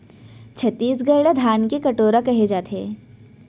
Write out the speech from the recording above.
छत्तीसगढ़ ल धान के कटोरा कहे जाथे